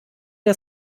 der